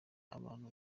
abantu